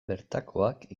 bertakoak